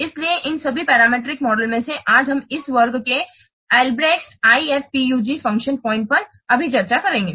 इसलिए उन सभी पैरामीट्रिक मॉडल में से आज हम इस वर्ग के अल्ब्रेक्ट IFPUG फ़ंक्शन पॉइंट पर अभी चर्चा करेंगे